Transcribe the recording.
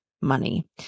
money